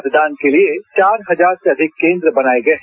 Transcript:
मतदान के लिए चार हजार से अधिक केन्द्र बनाए गए हैं